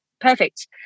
Perfect